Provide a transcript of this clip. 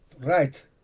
Right